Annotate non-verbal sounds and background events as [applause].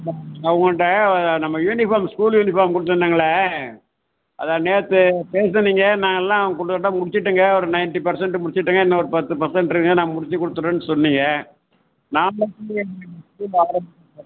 உங்கள்கிட்ட நம்ம uniform school uniform கொடுத்துருந்தேங்களே அதான் நேற்று பேச சொன்னீங்கள் நாலாம் கிட்டதட்ட முடிச்சுட்டேங்க ஒரு நைண்ட்டி பெர்ஸன்ட் முடிச்சுட்டாங்க இன்னும் ஒரு பத்து பெர்ஸன்ட் இருக்குதுங்க நான் முடிச்சு கொடுத்துருவேன்னு சொன்னீங்கள் நான் [unintelligible]